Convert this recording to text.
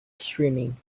streaming